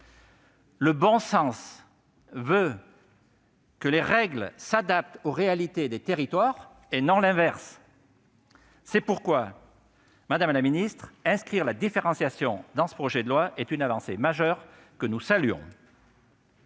Le bon sens veut que les règles s'adaptent aux réalités des territoires, et non l'inverse. C'est pourquoi, madame la ministre, l'inscription de la différenciation dans ce projet de loi est une avancée majeure que nous saluons.